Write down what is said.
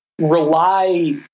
rely